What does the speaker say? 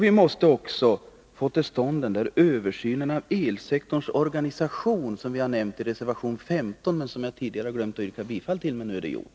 Vi måste också få till stånd den översyn av elsektorns organisation som vi har nämnt i reservation 15, som jag tidigare glömt att yrka bifall till. Men nu är det gjort.